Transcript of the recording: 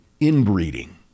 inbreeding